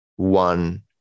One